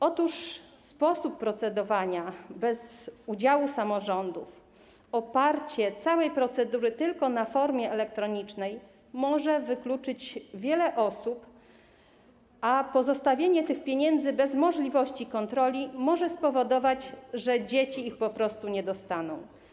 Otóż sposób procedowania bez udziału samorządów, ograniczenie całej procedury składania wniosków do formy elektronicznej może wykluczyć wiele osób, a pozostawienie tych pieniędzy bez możliwości kontroli może spowodować, że dzieci ich po prostu nie dostaną.